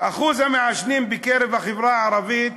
אחוז המעשנים בקרב החברה הערבית